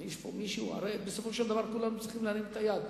הרי בסופו של דבר כולנו צריכים להרים את היד,